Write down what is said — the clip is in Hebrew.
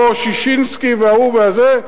ויבוא ששינסקי וההוא והזה,